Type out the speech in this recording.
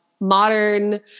Modern